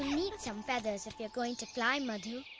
need some feathers if you're going to fly, madhu.